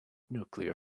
nuclear